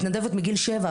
מתנדבת מגיל 7,